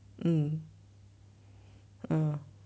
mm uh